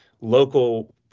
local